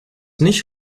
nicht